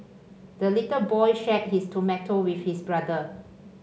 the little boy shared his tomato with his brother